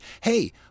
hey